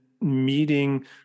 meeting